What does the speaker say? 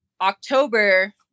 october